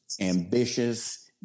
ambitious